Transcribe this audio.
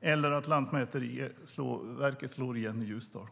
eller att Lantmäteriverket slår igen i Ljusdal.